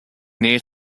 near